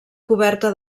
coberta